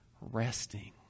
resting